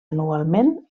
anualment